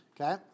Okay